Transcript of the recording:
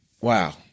Wow